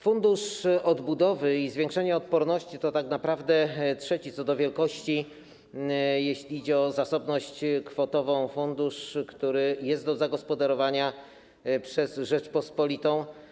Fundusz Odbudowy, w ramach zwiększenia odporności, to tak naprawdę trzeci co do wielkości, jeśli idzie o zasobność kwotową, fundusz, który jest do zagospodarowania przez Rzeczpospolitą.